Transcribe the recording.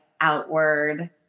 outward